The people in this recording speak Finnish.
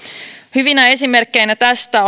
hyvinä esimerkkeinä tästä